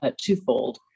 twofold